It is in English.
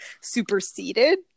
superseded